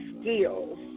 skills